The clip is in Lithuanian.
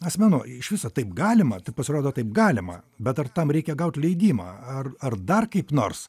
asmenų iš viso taip galima taip pasirodo taip galima bet ar tam reikia gaut leidimą ar ar dar kaip nors